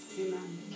Amen